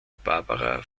barbara